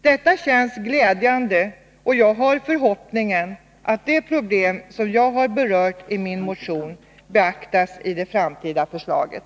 Detta känns glädjande, och jag har förhoppningen att det problem som jag har berört i min motion beaktas i det framtida förslaget.